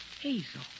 hazel